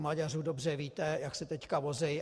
Maďaři, dobře víte, jak se teď vozí.